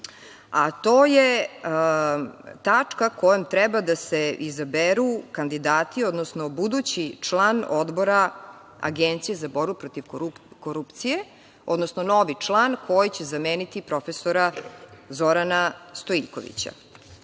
a to je tačka kojom treba da se izaberu kandidati, odnosno budući član Odbora Agencije za borbu protiv korupcije, odnosno novi član koji će zameniti profesora Zorana Stojiljkovića. Na